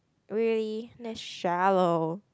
really that's shallow